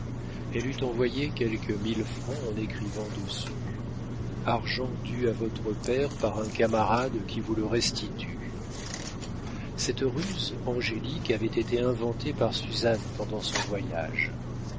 elle eût envoyé quelque mille francs en écrivant dessus argent dû à votre père par un camarade qui vous le restitue cette ruse angélique avait été inventée par suzanne pendant son voyage